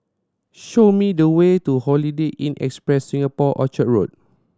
show me the way to Holiday Inn Express Singapore Orchard Road